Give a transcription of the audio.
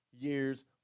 years